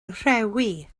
rhewi